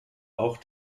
auch